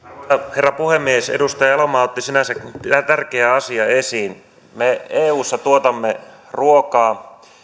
herra puhemies edustaja elomaa otti sinänsä tärkeän asian esiin me eussa tuotamme ruokaa